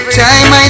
time